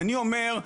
אני אומר: